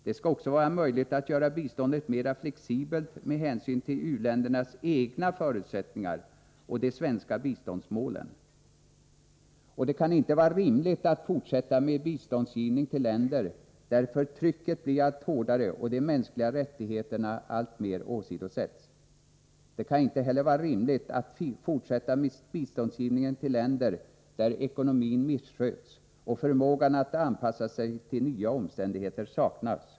Det skall också vara möjligt att göra biståndet mer flexibelt med hänsyn till u-ländernas egna förutsättningar och de svenska biståndsmålen. Det kan inte vara rimligt att fortsätta med biståndsgivning till länder där förtrycket blir allt hårdare och de mänskliga rättigheterna alltmer åsidosätts. Det kan inte heller vara rimligt att fortsätta att ge bistånd till länder där ekonomin missköts och förmågan att anpassa sig till nya omständigheter saknas.